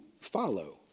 follow